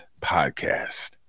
podcast